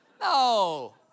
No